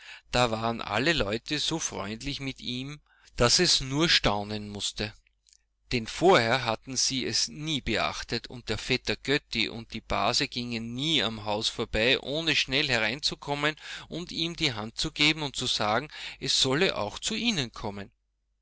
da waren alle leute so freundlich mit ihm daß es nur staunen mußte denn vorher hatten sie es nie beachtet und der vetter götti und die base gingen nie am haus vorbei ohne schnell hereinzukommen und ihm die hand zu geben und zu sagen es solle auch zu ihnen kommen